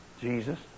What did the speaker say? Jesus